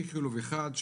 איכילוב 1,